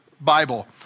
Bible